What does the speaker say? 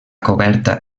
coberta